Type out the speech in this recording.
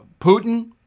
Putin